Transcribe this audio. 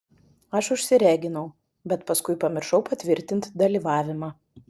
aš užsireginau bet paskui pamiršau patvirtint dalyvavimą